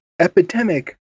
epidemic